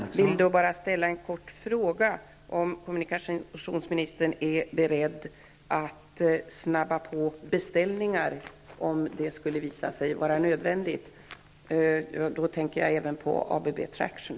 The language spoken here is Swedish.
Herr talman! Jag vill bara ställa en kort fråga. Är kommunikationsministern beredd att skynda på beställningarna, om det skulle visa sig vara nödvändigt? Jag tänker då även på ABB Traction.